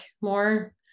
more